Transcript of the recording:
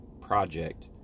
project